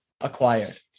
acquired